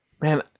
man